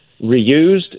reused